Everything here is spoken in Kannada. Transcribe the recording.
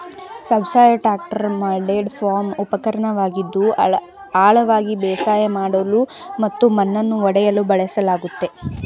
ಸಬ್ಸಾಯ್ಲರ್ ಟ್ರಾಕ್ಟರ್ ಮೌಂಟೆಡ್ ಫಾರ್ಮ್ ಉಪಕರಣವಾಗಿದ್ದು ಆಳವಾಗಿ ಬೇಸಾಯ ಮಾಡಲು ಮತ್ತು ಮಣ್ಣನ್ನು ಒಡೆಯಲು ಬಳಸಲಾಗ್ತದೆ